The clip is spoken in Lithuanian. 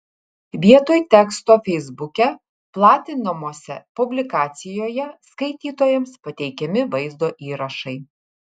vietoj teksto feisbuke platinamose publikacijoje skaitytojams pateikiami vaizdo įrašai